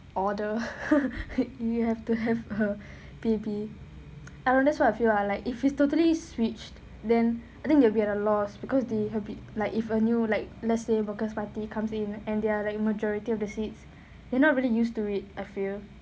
order you have to have uh P_A_P I don't know that's what I feel lah like if it's totally switched then I think they will be at a loss because the habit like if a new like let's say worker's party comes in and they are like majority of the seats they're not really used to it I feel